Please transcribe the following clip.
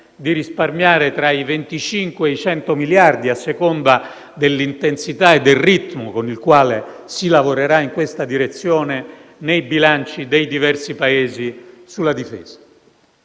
di risparmiare tra i 25 e i 100 miliardi di euro, a seconda dell'intensità e del ritmo con cui si lavorerà in questa direzione nei bilanci dei diversi Paesi sulla difesa.